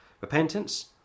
repentance